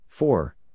Four